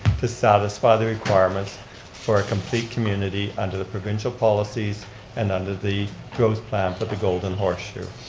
to satisfy the requirements for a complete community under the provincial policies and under the growth plan for the golden horseshoe.